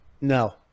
No